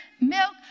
milk